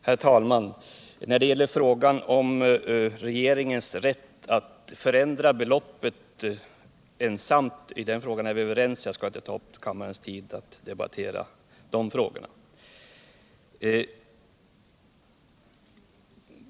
Herr talman! I fråga om regeringens rätt att förändra beloppet är vi överens. Jag skall inte ta upp kammarens tid med att debattera de frågorna.